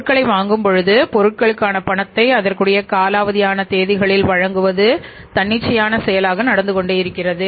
பொருட்களை வழங்கும் பொழுது பொருட்களுக்கான பணத்தை அதற்குரிய காலாவதியான தேதிகளில் வழங்குவது தன்னிச்சையான செயலாக நடந்து கொண்டே இருக்குறது